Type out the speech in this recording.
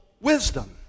wisdom